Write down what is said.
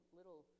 little